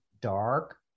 dark